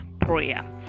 prayer